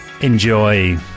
Enjoy